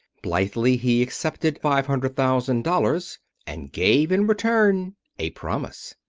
blithely he accepted five hundred thousand dollars and gave in return a promise.